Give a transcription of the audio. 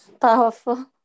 powerful